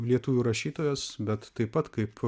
lietuvių rašytojas bet taip pat kaip